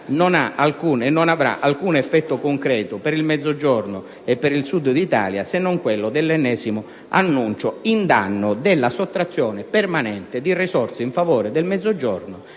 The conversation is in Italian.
non avrà alcun effetto concreto per il Sud d'Italia, se non quello di fare l'ennesimo annuncio in danno della sottrazione permanente di risorse in favore del Mezzogiorno